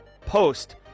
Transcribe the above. post